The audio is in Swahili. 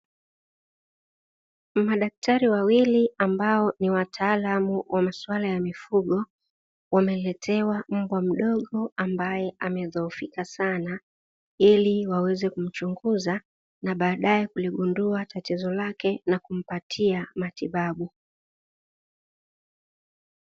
Madaktari wawili ambao ni wataalamu wa maswala ya mifugo wameletewa mbwa mdogo amedhohofika sana, ili waweze kumchunguza na kugundua tatizo lake na kumpatia matibabu.